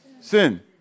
sin